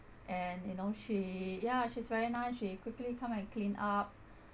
and you know she yeah she's very nice she quickly come and clean up